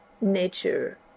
nature